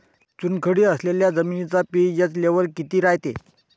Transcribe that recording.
चुनखडी असलेल्या जमिनीचा पी.एच लेव्हल किती रायते?